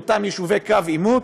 לאותם יישובי קו העימות,